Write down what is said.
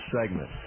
segment